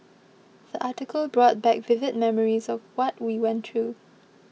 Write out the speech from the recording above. the article brought back vivid memories of what we went through